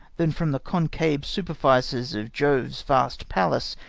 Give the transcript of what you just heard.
than from the concave superficies of jove's vast palace,